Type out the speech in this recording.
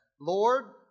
Lord